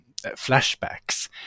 flashbacks